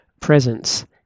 presence